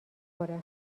خوره